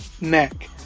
neck